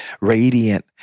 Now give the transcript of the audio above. radiant